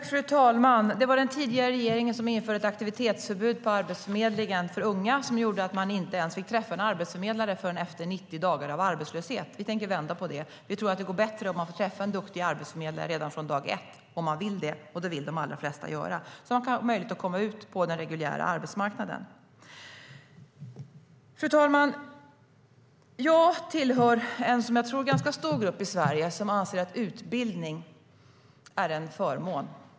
Fru talman! Det var den tidigare regeringen som införde ett aktivitetsförbud för unga på Arbetsförmedlingen, vilket gjorde att de inte ens fick träffa en arbetsförmedlare förrän efter 90 dagars arbetslöshet. Vi tänker vända på det. Vi tror att det går bättre om man får träffa en duktig arbetsförmedlare redan från dag ett, om man vill det - och det vill de allra flesta. Då har man möjlighet att komma ut på den reguljära arbetsmarknaden. Fru talman! Jag tillhör en grupp som jag tror är ganska stor i Sverige och som anser att utbildning är en förmån.